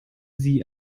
sie